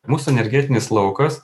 mūsų energetinis laukas